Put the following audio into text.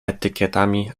etykietami